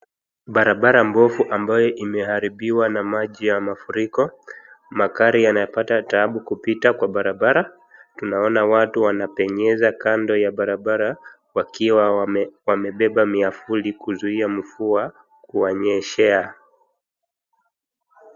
Barabara mbovu ambayo imeharibiwa na maji ya mafuriko. Magari yanapata taabu kupita kwa barabara. Tunaona watu wanapenyeza kando ya barabara, wakiwa wamebeba miavuli kuzuia mvua kuwanyeshea.